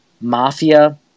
Mafia